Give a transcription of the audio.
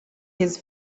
his